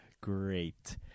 great